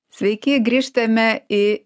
sveiki grįžtame į